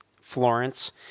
Florence